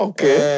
Okay